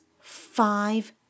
five